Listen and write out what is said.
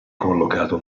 collocato